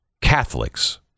Catholics